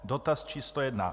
Dotaz číslo jedna.